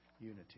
unity